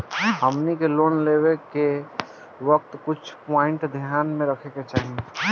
हमनी के लोन लेवे के वक्त कुछ प्वाइंट ध्यान में रखे के चाही